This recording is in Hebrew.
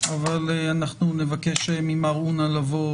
אבל אנחנו נבקש ממר אונא לבוא